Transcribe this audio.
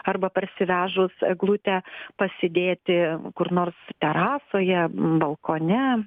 arba parsivežus eglutę pasidėti kur nors terasoje balkone